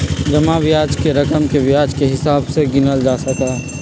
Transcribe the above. जमा ब्याज के रकम के ब्याज के हिसाब से गिनल जा सका हई